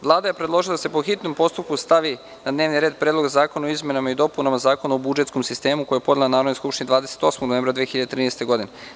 Vlada je predložila da se, po hitnom postupku, stavi na dnevni red Predlog zakona o izmenama i dopunama Zakona o budžetskom sistemu, koji je podnela Narodnoj skupštini 28. novembra 2013. godine.